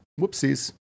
Whoopsies